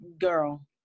girl